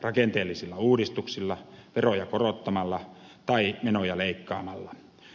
rakenteellisilla uudistuksilla veroja korottamalla tai menoja leikkaamalla